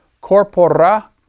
corpora